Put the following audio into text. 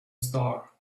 star